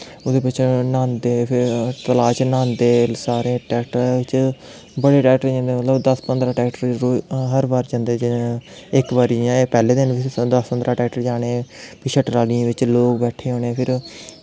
ओह्दे बिच्च न्हादे फिर तलाऽ च न्हादे सारे ट्रक्टरै च बड़े ट्रैक्टर जंदे मतलब दस पंदरा ट्रैक्टर हर बार जंदे इक बारी पैह्लै दिन दस पंदरां ट्रैक्टर जाने पिच्छें ट्रलियें बिच्च लोग बैठे दे होने फिर